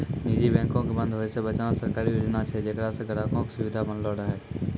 निजी बैंको के बंद होय से बचाना सरकारी योजना छै जेकरा से ग्राहको के सुविधा बनलो रहै